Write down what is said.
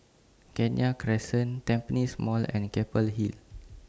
Kenya Crescent Tampines Mall and Keppel Hill